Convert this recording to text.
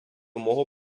мого